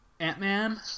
ant-man